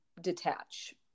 detach